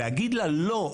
להגיד לה לא,